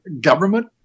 government